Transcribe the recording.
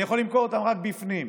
אני יכול למכור אותם רק בפנים,